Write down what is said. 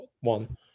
one